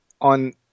on